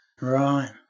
right